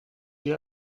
wie